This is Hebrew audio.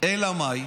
אלא מאי?